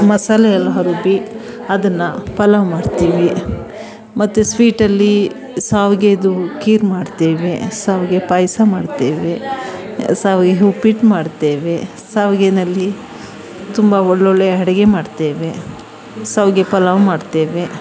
ಮಸಾಲೆಯೆಲ್ಲ ರುಬ್ಬಿ ಅದನ್ನು ಪಲಾವ್ ಮಾಡ್ತೀವಿ ಮತ್ತೆ ಸ್ವೀಟಲ್ಲಿ ಶಾವ್ಗೆದು ಖೀರ್ ಮಾಡ್ತೇವೆ ಶಾವ್ಗೆ ಪಾಯಸ ಮಾಡ್ತೇವೆ ಶಾವ್ಗೆ ಉಪ್ಪಿಟ್ಟು ಮಾಡ್ತೇವೆ ಶಾವ್ಗೆನಲ್ಲಿ ತುಂಬ ಒಳ್ಳೊಳ್ಳೆ ಅಡುಗೆ ಮಾಡ್ತೇವೆ ಶಾವಿಗೆ ಪಲಾವು ಮಾಡ್ತೇವೆ